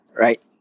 right